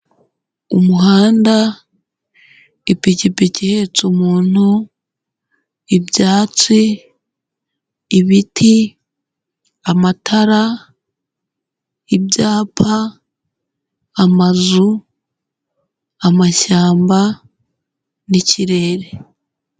Umuhanda, ipikipiki ihetse umuntu, ibyatsi, ibiti, amatara, ibyapa, amazu, amashyamba n'ikirere.